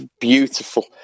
beautiful